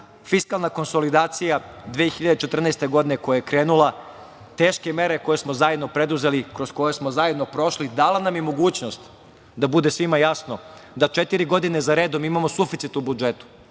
fiskalna konsolidacija 2014. godine koja je krenula, teške mere koje smo zajedno preduzeli, kroz koje smo zajedno prošli, dala nam je mogućnost, da bude svima jasno, da četiri godine za redom mi imamo suficit u budžetu,